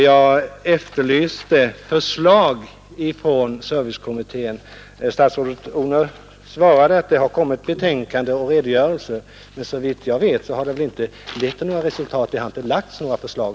Jag efterlyste förslag från servicekommittén. Statsrådet Odhnoff svarade att det har kommit betänkande och redogörelse. Men såvitt jag vet har det inte lett till några resultat; det har inte lagts fram några förslag.